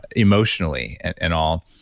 emotionally and all.